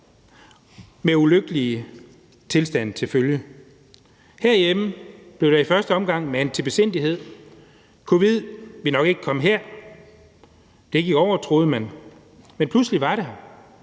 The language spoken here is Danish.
med ulykkelige tilstande til følge. Herhjemme blev der i første omgang manet til besindighed. Covid-19 ville nok ikke komme her, det ville gå over, troede man, men pludselig var det her.